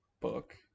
book